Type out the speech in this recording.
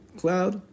cloud